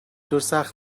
دکتر